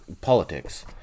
politics